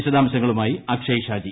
വിശദാംശങ്ങളുമായി അക്ഷയ് ഷാജി